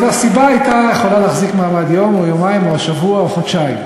הסיבה הייתה יכולה להחזיק מעמד יום או יומיים או שבוע או חודשיים.